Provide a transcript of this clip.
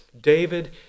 David